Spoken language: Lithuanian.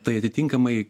tai atitinkamai